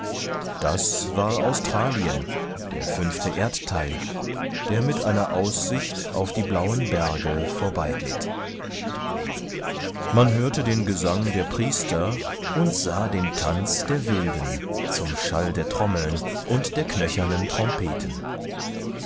das war australien der fünfte erdteil der mit einer aussicht auf die blauen berge vorbeiglitt man hörte den gesang der priester und sah den tanz der wilden zum schall der trommeln und der knöchernen trompeten